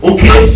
Okay